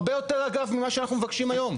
הרבה יותר אגב ממה שאנחנו מבקשים היום.